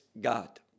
God